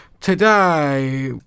today